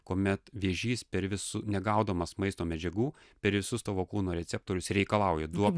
kuomet vėžys per vis negaudamas maisto medžiagų per visus tavo kūno receptorius reikalauja duok